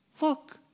Look